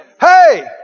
Hey